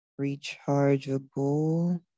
rechargeable